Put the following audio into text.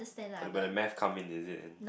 uh but the math come in is it